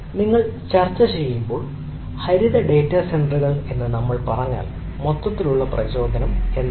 നിങ്ങൾ ചർച്ച ചെയ്യുമ്പോൾ ഹരിത ഡാറ്റാ സെന്ററുകൾ എന്ന് നമ്മൾ പറഞ്ഞാൽ മൊത്തത്തിലുള്ള പ്രചോദനം എന്നതാണ്